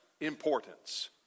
importance